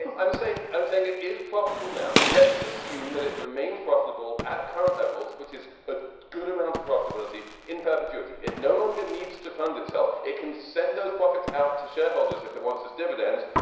i'm saying i'm saying it is profitable now. let's assume that it remains profitable at current levels, which is a good amount of profitability in perpetuity. it no longer needs to fund itself. it can send those profits out to shareholders if it wants its dividends.